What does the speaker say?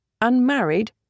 unmarried